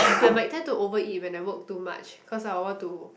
I might tend to over eat when I work too much cause I want to